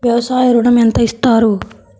వ్యవసాయ ఋణం ఎంత ఇస్తారు?